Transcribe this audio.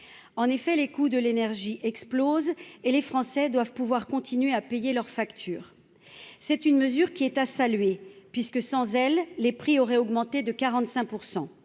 En effet, les coûts de l'énergie explosent, et les Français doivent pouvoir payer leurs factures. Cette mesure est à saluer, puisque, sans son adoption, les prix auraient augmenté de 45 %.